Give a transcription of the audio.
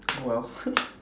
oh well